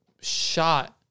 shot